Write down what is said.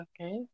Okay